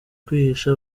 kwihisha